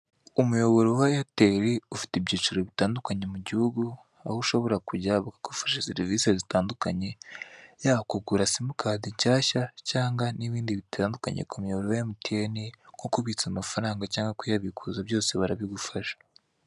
Umuyoboro wa eyeteli ufite ibyicaro bitandukanye mu gihugu, aho ushobora kujya bakagufasha serivise zitandukanye, yaba kugura simukadi nshyashya cyangwa n'ibindi bitandukanye ku muyoboro wa emutiyeni, nko kubitsa amafaranga cyangwa kuyabikuza, byose barabigufasha.